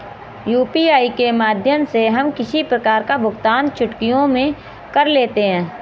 UPI के माध्यम से हम किसी प्रकार का भुगतान चुटकियों में कर लेते हैं